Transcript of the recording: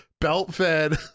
Belt-fed